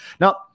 Now